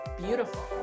beautiful